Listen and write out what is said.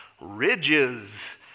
ridges